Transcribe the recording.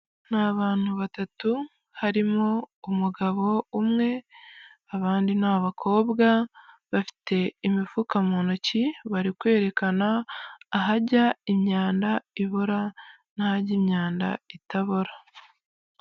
Ni abantu batatu harimo umugabo umwe abandi ni abakobwa, bafite imifuka mu ntoki bari kwerekana ahajya imyanda ibora n'ahajya imyanda itabora.